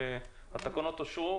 הצבעה אושרו.